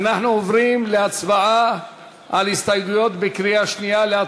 אנחנו עוברים להצבעה בקריאה שנייה על